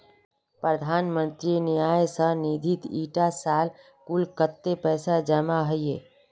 प्रधानमंत्री न्यास निधित इटा साल कुल कत्तेक पैसा जमा होइए?